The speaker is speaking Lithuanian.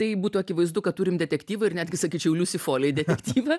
tai būtų akivaizdu kad turim detektyvą ir netgi sakyčiau liusi folėj detektyvą